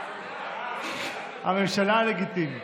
הממשלה הלגיטימית.